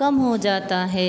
कम हो जाता है